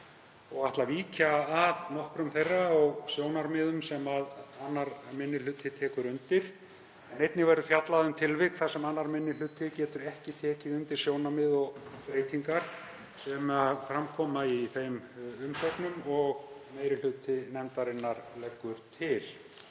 Ég ætla að víkja að nokkrum þeirra og sjónarmiðum sem 2. minni hluti tekur undir. Einnig verður fjallað um tilvik þar sem 2. minni hluti getur ekki tekið undir sjónarmið og breytingar sem fram koma í þeim umsögnum, og meiri hluti nefndarinnar leggur til.